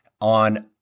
on